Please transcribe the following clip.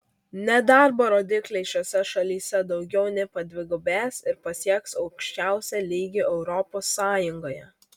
nedarbo rodikliai šiose šalyse daugiau nei padvigubės ir pasieks aukščiausią lygį europos sąjungoje